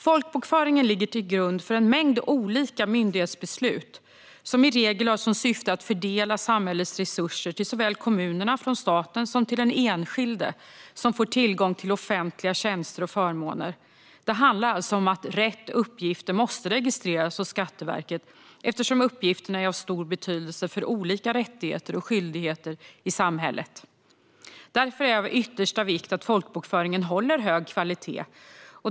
Folkbokföringen ligger till grund för en mängd olika myndighetsbeslut som i regel har som syfte att fördela samhällets resurser till såväl kommunerna från staten som till den enskilde som får tillgång till offentliga tjänster och förmåner. Det handlar alltså om att rätt uppgifter måste registreras hos Skatteverket eftersom uppgifterna är av stor betydelse för olika rättigheter och skyldigheter i samhället. Det är därför av yttersta vikt att folkbokföringen håller hög kvalitet.